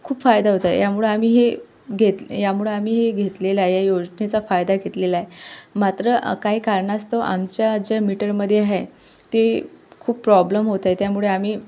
खूप फायदा होत आहे यामुळे आम्ही हे घेत यामुळे आम्ही हे घेतलेलं आहे या योजनेचा फायदा घेतलेला आहे मात्र काही कारणास्तव आमच्या ज्या मीटरमध्ये आहे ते खूप प्रॉब्लम होत आहे त्यामुळे आम्ही